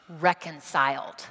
reconciled